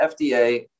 FDA